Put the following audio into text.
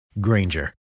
Granger